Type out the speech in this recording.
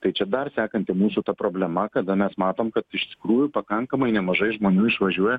tai čia dar sekanti mūsų ta problema kada mes matom kad iš tikrųjų pakankamai nemažai žmonių išvažiuoja